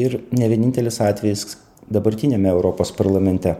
ir ne vienintelis atvejis dabartiniame europos parlamente